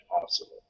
possible